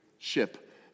Ship